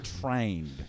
trained